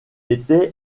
était